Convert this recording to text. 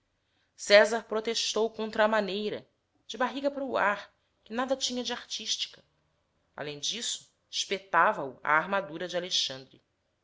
césar protestou contra a maneira de barriga para o ar que nada tinha de artística além disso espetava o a armadura de alexandre